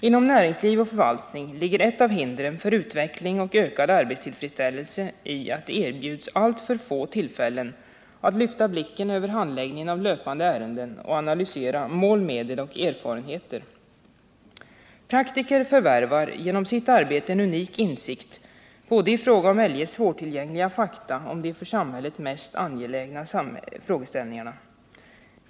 Inom näringsliv och förvaltning ligger ett av hindren för utveckling och ökad arbetstillfredsställelse i att det erbjuds alltför få tillfällen att lyfta blicken över handläggningen av löpande ärenden och analysera mål, medel och erfarenheter. Praktiker förvärvar genom sitt arbete en unik insikt, såväl i fråga om eljest svårtillgängliga fakta som i fråga om de för samhället mest angelägna frågeställningarna.